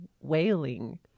wailing